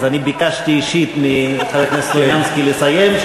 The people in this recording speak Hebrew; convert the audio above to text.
אז אני ביקשתי אישית מחבר הכנסת סלומינסקי לסיים,